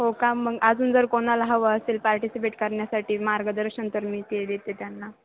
हो का मग अजून जर कोणाला हवं असेल पार्टिसिपेट करण्यासाठी मार्गदर्शन तर मी ते देते त्यांना